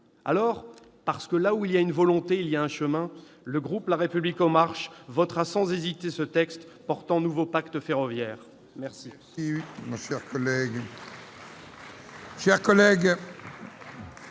» Parce que « là où il y a une volonté il y a un chemin », le groupe La République en marche votera sans hésiter ce texte pour un nouveau pacte ferroviaire. Mes